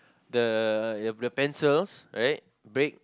the if the pencils right break